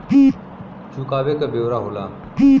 चुकावे क ब्योरा होला